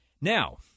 Now